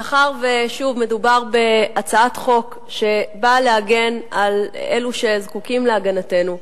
מאחר שמדובר בהצעת חוק שבאה להגן על אלה שזקוקים להגנתנו,